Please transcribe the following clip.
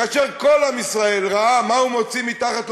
כאשר כל עם ישראל ראה מה הוא מוציא מתחת למעיל,